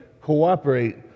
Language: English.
cooperate